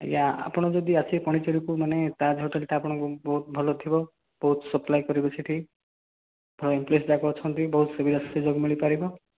ଆଜ୍ଞା ଆପଣ ଯଦି ଆସିବେ ପଣ୍ଡିଚେରୀକୁ ମାନେ ତାଜ୍ ହୋଟେଲ୍ ଆପଣଙ୍କୁ ବହୁତ ଭଲ ଥିବ ବହୁତ ସପ୍ଲାଏ କରିବେ ସେଠି ବହୁତ ଅଛନ୍ତି ବହୁତ ସୁବିଧା ସୁଯୋଗ ମିଳି ପାରିବ